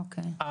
אוקיי.